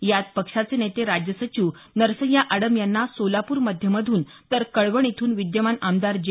यात पक्षाचे नेते राज्य सचिव नरसय्या आडम यांना सोलापूर मध्य मधून तर कळवण इथून विद्यमान आमदार जे